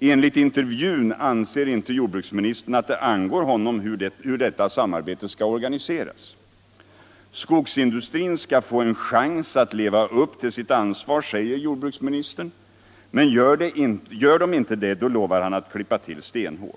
Enligt intervjun anser inte jordbruksministern att det angår honom hur detta samarbete organiseras. Skogsindustrin skall! få en chans att leva upp till sitt ansvar, säger jordbruksministern. Men gör den inte det, så lovar han att klippa till stenhårt.